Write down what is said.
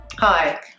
Hi